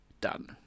done